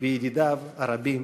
וידידיו הרבים